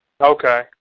Okay